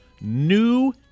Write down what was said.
New